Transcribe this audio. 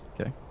Okay